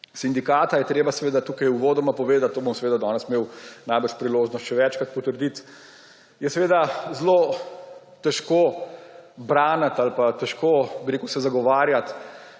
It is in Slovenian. sindikata, je treba seveda tukaj uvodoma povedati, to bom seveda danes imel najbrž priložnost še večkrat potrditi, je seveda zelo težko braniti oziroma se je težko zagovarjati